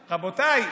רבותיי,